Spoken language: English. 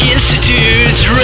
Institute's